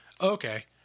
Okay